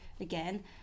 again